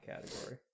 category